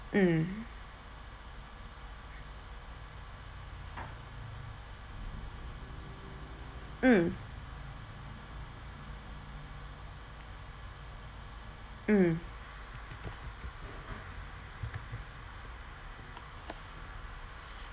mm mm mm